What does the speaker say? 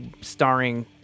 starring